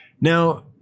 Now